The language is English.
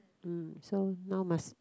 mm so now must